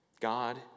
God